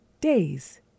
days